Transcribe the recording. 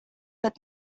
but